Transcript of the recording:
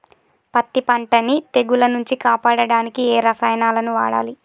పత్తి పంటని తెగుల నుంచి కాపాడడానికి ఏ రసాయనాలను వాడాలి?